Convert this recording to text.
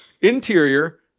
Interior